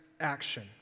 action